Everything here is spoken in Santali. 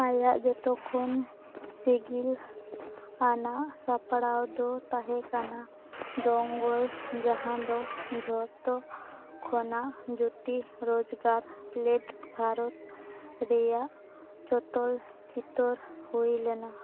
ᱟᱭᱟᱜ ᱡᱚᱛᱚᱠᱷᱚᱱ ᱥᱤᱜᱤᱞ ᱟᱱᱟᱜ ᱥᱟᱯᱲᱟᱣ ᱫᱚ ᱛᱟᱦᱮᱸ ᱠᱟᱱᱟ ᱫᱚᱝᱜᱚᱞ ᱡᱟᱦᱟᱸ ᱫᱚ ᱡᱷᱚᱛᱚ ᱠᱷᱚᱱᱟᱜ ᱡᱟᱹᱥᱛᱤ ᱨᱳᱡᱽᱜᱟᱨ ᱞᱮᱫ ᱵᱷᱟᱨᱚᱛ ᱨᱮᱭᱟᱜ ᱪᱚᱞᱚᱛ ᱪᱤᱛᱟᱹᱨ ᱦᱩᱭ ᱞᱮᱱᱟ